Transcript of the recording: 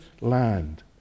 land